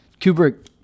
Kubrick